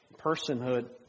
personhood